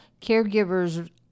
Caregivers